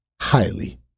highly